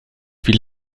wie